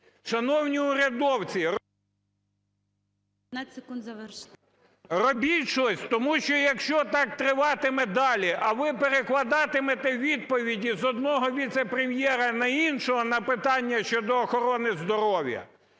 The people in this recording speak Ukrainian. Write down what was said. І.В. ...робіть щось, тому що, якщо так триватиме далі, а ви перекладатимете відповіді з одного віце-прем'єра на іншого на питання щодо охорони здоров'я,